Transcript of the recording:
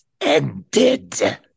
ended